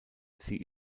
sie